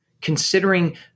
considering